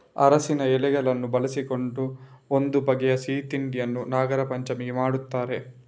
ಅರಸಿನ ಎಲೆಗಳನ್ನು ಬಳಸಿಕೊಂಡು ಒಂದು ಬಗೆಯ ಸಿಹಿ ತಿಂಡಿಯನ್ನ ನಾಗರಪಂಚಮಿಗೆ ಮಾಡ್ತಾರೆ